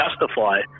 justify